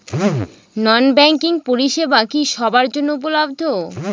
নন banking পরিষেবা কি সবার জন্য উপলব্ধ?